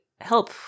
help